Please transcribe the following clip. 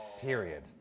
Period